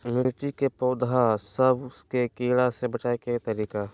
मिर्ची के पौधा सब के कीड़ा से बचाय के तरीका?